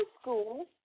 school